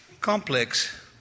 complex